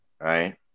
right